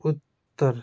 उत्तर